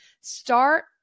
Start